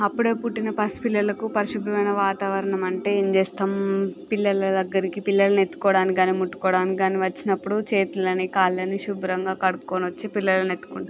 అప్పుడే పుట్టిన పసిపిల్లలకు పరిశుభ్రమైన వాతావరణం అంటే ఏమి చేస్తాం పిల్లల దగ్గరికి పిల్లల్ని ఎత్తుకోవడానికి కాని ముట్టుకోవడానికి కాని వచ్చినప్పుడు చేతులని కాళ్ళని శుభ్రంగా కడుక్కొని వచ్చి పిల్లల్ని ఎత్తుకుం